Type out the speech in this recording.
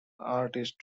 artist